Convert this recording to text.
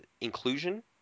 Inclusion